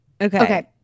Okay